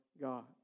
God